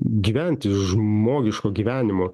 gyventi žmogiško gyvenimo